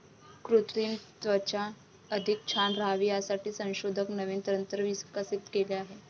कृत्रिम त्वचा अधिक छान राहावी यासाठी संशोधक नवीन तंत्र विकसित केले आहे